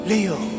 Leo